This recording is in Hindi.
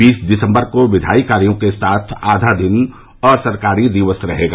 बीस दिसम्बर को विधायी कार्यो के साथ आधा दिन असरकारी दिवस रहेगा